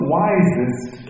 wisest